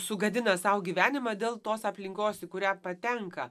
sugadina sau gyvenimą dėl tos aplinkos į kurią patenka